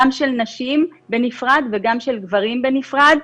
גם של נשים בנפרד וגם של גברים בנפרד,